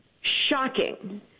shocking –